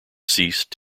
ceased